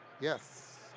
Yes